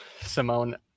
Simone